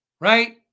right